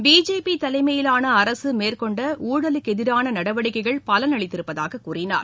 BJP தலைமையிலான அரசு மேற்கொண்ட ஊழலுக்கு எதிரான நடவடிக்கைகள் பலனளித்திருப்பதாக கூறினார்